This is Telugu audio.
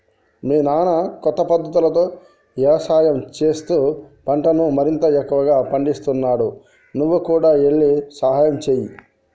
మీ నాన్న కొత్త పద్ధతులతో యవసాయం చేస్తూ పంటను మరింత ఎక్కువగా పందిస్తున్నాడు నువ్వు కూడా ఎల్లి సహాయంచేయి